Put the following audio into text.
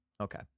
okay